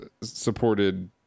supported